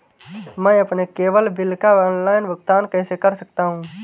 मैं अपने cable bill का ऑनलाइन भुगतान कैसे कर सकता हूं?